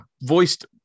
voiced